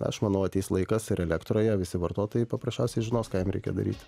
aš manau ateis laikas ir elektroje visi vartotojai paprasčiausiai žinos ką jiem reikia daryti